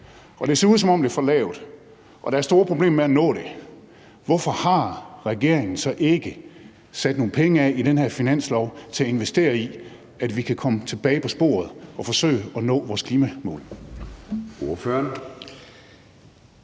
og det ser ud, som om det er for lavt, og der er store problemer med at nå det, hvorfor har regeringen så ikke sat nogle penge af i den her finanslov til at investere i, at vi kan komme tilbage på sporet og forsøge at nå vores klimamål?